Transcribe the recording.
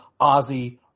Ozzy